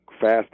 fast